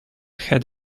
had